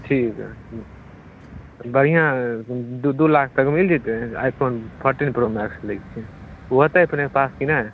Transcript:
ठीक हइ बढिऑं दू दू लाख तक मिल जेतै iPhone fourteen pro max लैके छै ओ होतै अपने पास की नहि